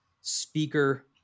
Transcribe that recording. speaker